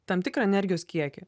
tam tikrą energijos kiekį